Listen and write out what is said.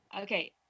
Okay